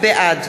בעד